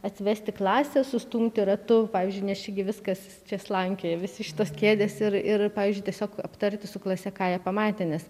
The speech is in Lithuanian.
atsivesti klasę sustumti ratu pavyzdžiui nes čia gi viskas čia slankioja visi šitos kėdės ir ir pavyzdžiui tiesiog aptarti su klase ką jie pamatė nes